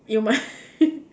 you might